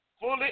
Fully